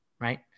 right